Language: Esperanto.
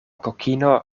kokino